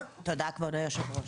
תודה כבוד היו"ר.